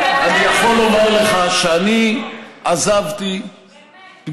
אני יכול לומר לך שאני עזבתי פגישה,